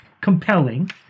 compelling